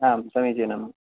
आं समीचिनं